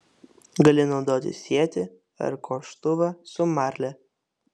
gali naudoti sietį ar koštuvą su marle